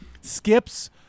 skips